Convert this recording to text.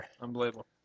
Unbelievable